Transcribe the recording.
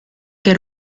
que